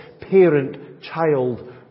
parent-child